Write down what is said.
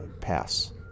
pass